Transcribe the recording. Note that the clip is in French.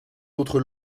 autres